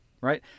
Right